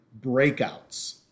breakouts